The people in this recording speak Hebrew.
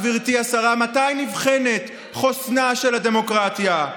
גברתי השרה: מתי נבחן חוסנה של הדמוקרטיה,